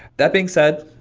that being said,